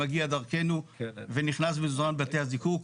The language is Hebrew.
מגיע דרכנו ונכנס וזרם בבתי הזיקוק,